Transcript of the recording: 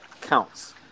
counts